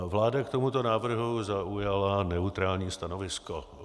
Vláda k tomuto návrhu zaujala neutrální stanovisko.